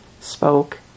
spoke